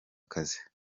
akazi